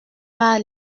par